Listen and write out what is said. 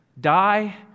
die